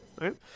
right